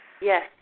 Yes